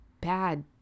bad